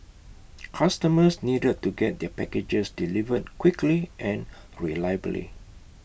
customers needed to get their packages delivered quickly and reliably